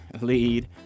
lead